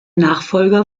nachfolger